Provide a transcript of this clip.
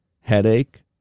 headache